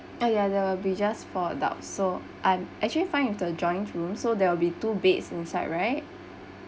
ah ya there will be just four adults so I'm actually fine with the joined room so there will be two beds inside right